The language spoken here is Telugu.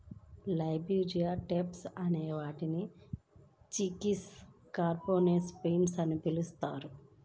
లెగమ్స్ టైప్స్ అనే వాటిని చిక్పీస్, గార్బన్జో బీన్స్ అని కూడా పిలుస్తారు